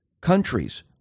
countries